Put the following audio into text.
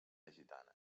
gitana